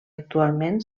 actualment